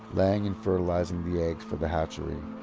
laying and fertilising the eggs for the hatchery.